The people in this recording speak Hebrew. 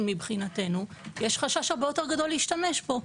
מבחינתנו יש חשש הרבה יותר גדול להשתמש בו,